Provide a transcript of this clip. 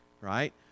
right